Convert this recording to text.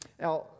Now